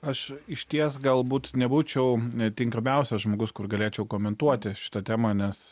aš išties galbūt nebūčiau tinkamiausias žmogus kur galėčiau komentuoti šitą temą nes